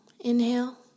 Inhale